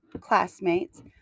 classmates